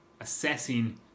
assessing